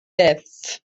death